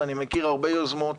אני מכיר הרבה יוזמות